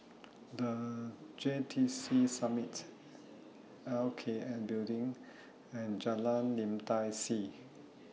The J T C Summit L K N Building and Jalan Lim Tai See